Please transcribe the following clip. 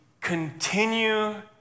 continue